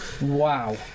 Wow